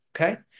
Okay